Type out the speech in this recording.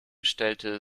stellte